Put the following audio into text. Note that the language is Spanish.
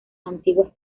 antiguas